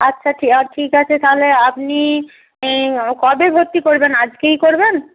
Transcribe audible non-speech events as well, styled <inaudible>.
আচ্ছা <unintelligible> ঠিক আছে তাহলে আপনি কবে ভর্তি করবেন আজকেই করবেন